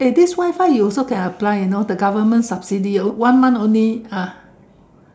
eh this Wi-Fi you also can apply you know the government subsidy one month only ah